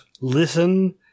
listen